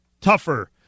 tougher